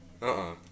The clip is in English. -uh